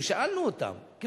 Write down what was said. שאלנו את הרפרנטים שהגיעו,